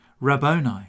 Rabboni